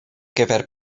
gyfer